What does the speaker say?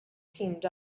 teamed